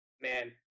Man